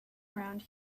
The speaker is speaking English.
around